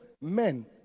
men